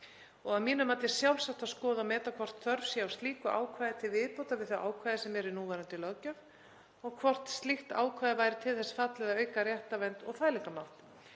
Að mínu mati er sjálfsagt að skoða og meta hvort þörf sé á slíku ákvæði til viðbótar við þau ákvæði sem eru í núverandi löggjöf og hvort slíkt ákvæði væri til þess fallið að auka réttarvernd og fælingarmátt.